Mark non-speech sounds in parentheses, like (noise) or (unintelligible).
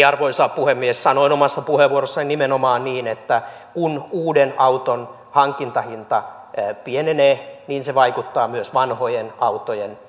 (unintelligible) arvoisa puhemies sanoin omassa puheenvuorossani nimenomaan niin että kun uuden auton hankintahinta pienenee niin se vaikuttaa myös vanhojen autojen